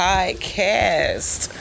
Podcast